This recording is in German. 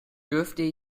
dürfte